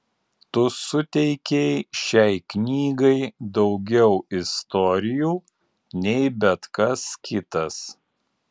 tu suteikei šiai knygai daugiau istorijų nei bet kas kitas